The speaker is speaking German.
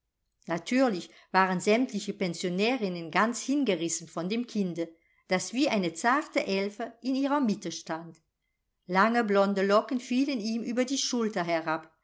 natürlich waren sämtliche pensionärinnen ganz hingerissen von dem kinde das wie eine zarte elfe in ihrer mitte stand lange blonde locken fielen ihm über die schulter herab